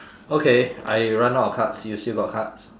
okay I run out of cards you still got cards